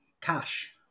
cash